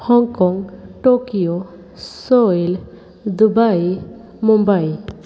Hong Kong Tokyo Seoul Dubai Mumbai